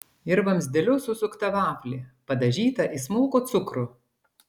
ir vamzdeliu susuktą vaflį padažytą į smulkų cukrų